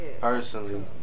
personally